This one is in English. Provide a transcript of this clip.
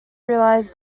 realize